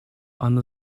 анна